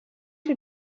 you